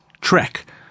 trek